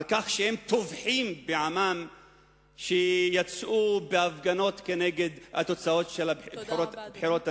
על כך שהם טובחים בעמם שיצאו בהפגנות נגד התוצאות של הבחירות לנשיא.